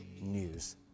news